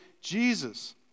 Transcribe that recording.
Jesus